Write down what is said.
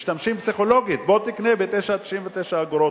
משתמשים, פסיכולוגית: בוא תקנה ב-9.99 אגורות.